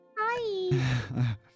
hi